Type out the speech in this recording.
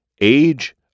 Age